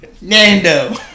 Nando